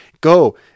Go